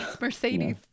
Mercedes